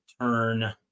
turn